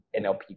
NLP